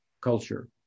culture